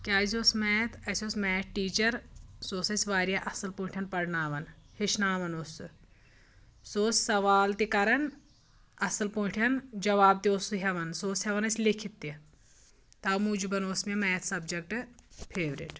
کیازِ اوس میتھ اَسہِ اوس میتھ ٹیٖچَر سُہ اوس اَسہِ واریاہ اَصٕل پٲٹھۍ پرناوان ہیٚچھناوان اوس سُہ سُہ اوس سوال تہِ کَران اَصٕل پٲٹھۍ جواب تہِ اوس سُہ ہٮ۪وان سُہ اوس ہٮ۪وان اَسہِ لیکھِتھ تہِ تَمہ موٗجوٗب اوس مےٚ میتھ سبجکٹ فیورِٹ